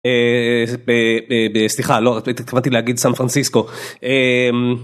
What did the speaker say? אה.. ז.. אה.. ב.. סליחה לא רצי.. התכוונתי להגיד סן פרנסיסקו. אהמ..